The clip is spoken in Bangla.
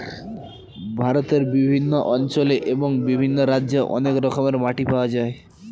ভারতের বিভিন্ন অঞ্চলে এবং বিভিন্ন রাজ্যে অনেক রকমের মাটি পাওয়া যায়